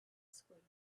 squeeze